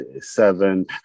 seven